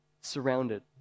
Surrounded